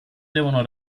devono